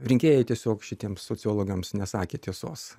rinkėjai tiesiog šitiems sociologams nesakė tiesos